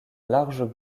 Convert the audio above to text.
large